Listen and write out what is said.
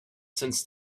since